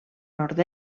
nord